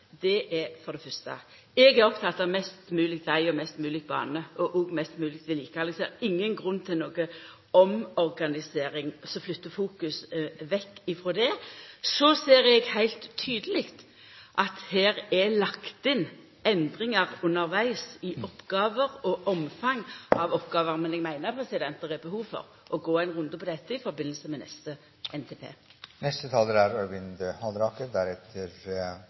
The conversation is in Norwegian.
er for det fyrste: Eg er oppteken av mest mogleg veg og mest mogleg bane – også mest mogleg vedlikehald. Eg ser ingen grunn til noka omorganisering som flyttar fokus vekk frå det. Så ser eg heilt tydeleg at det er lagt inn endringar undervegs i oppgåver og omfang av oppgåver. Men eg meiner det er behov for å gå ein runde på dette i samband med